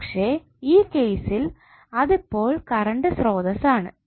പക്ഷെ ഈ കേസിൽ ഇതിപ്പോൾ കറണ്ട് സ്ത്രോതസ്സു ആണ്